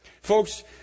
folks